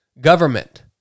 government